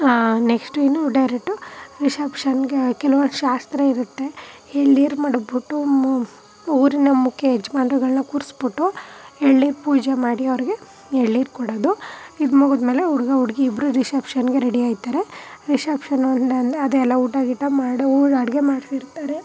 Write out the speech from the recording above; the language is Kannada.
ನೆಕ್ಶ್ಟ್ ಇನ್ನು ಡೈರೆಕ್ಟು ರಿಶಪ್ಷನ್ನಿಗೆ ಕೆಲವೊಂದು ಶಾಸ್ತ್ರ ಇರುತ್ತೆ ಎಳ್ನೀರು ಮಡಗ್ಬಿಟ್ಟು ಮು ಊರಿನ ಮುಖ್ಯ ಯಜಮಾನ್ರುಗಳ್ನ ಕೂರಿಸ್ಬಿಟ್ಟು ಎಳ್ನೀರು ಪೂಜೆ ಮಾಡಿ ಅವ್ರಿಗೆ ಎಳ್ನೀರು ಕೊಡೋದು ಇದು ಮುಗಿದ್ಮೇಲೆ ಹುಡ್ಗ ಹುಡ್ಗಿ ಇಬ್ರೂ ರಿಶಪ್ಷನ್ನಿಗೆ ರೆಡಿ ಆಗ್ತರೆ ರಿಶಪ್ಷನ್ ಅದೇ ಎಲ್ಲ ಊಟ ಗೀಟ ಮಾಡಿ ಅಡುಗೆ ಮಾಡಿಸಿರ್ತಾರೆ